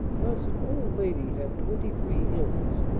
thus an old lady had twenty three hens.